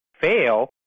fail